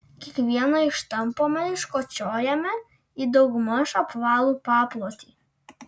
kiekvieną ištampome iškočiojame į daugmaž apvalų paplotį